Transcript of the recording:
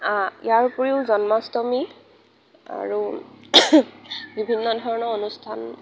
ইয়াৰ উপৰিও জন্মাষ্টমী আৰু বিভিন্ন ধৰণৰ অনুষ্ঠান